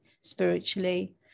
spiritually